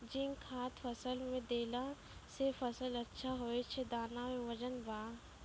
zinc खाद फ़सल मे देला से फ़सल अच्छा होय छै दाना मे वजन ब